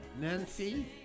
Nancy